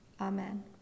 Amen